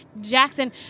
Jackson